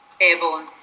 Airborne